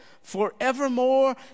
Forevermore